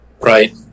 Right